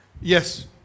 Yes